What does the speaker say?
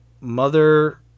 mother